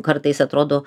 kartais atrodo